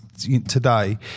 today